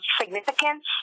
significance